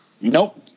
Nope